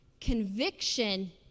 conviction